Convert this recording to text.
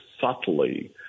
subtly